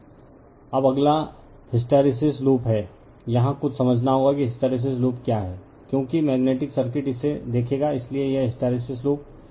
refer slide time 2125 अब अगला hysteresis loop है यहाँ कुछ समझना होगा कि हिस्टैरिसीस लूप क्या है क्योंकि मेग्नेटिक सर्किट इसे देखेगा इसलिए यह हिस्टैरिसीस लूप